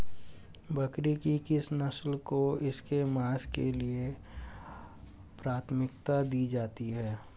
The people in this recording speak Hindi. बकरी की किस नस्ल को इसके मांस के लिए प्राथमिकता दी जाती है?